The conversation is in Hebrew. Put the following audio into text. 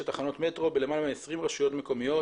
תחנות מטרו בלמעלה מ-20 רשויות מקומיות,